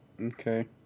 Okay